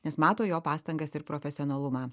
nes mato jo pastangas ir profesionalumą